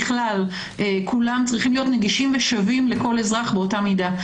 כל שירותי הדת בכלל צריכים להיות נגישים ושווים לכל אזרח באותה מידה.